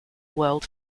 world